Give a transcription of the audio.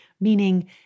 meaning